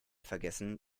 vergessen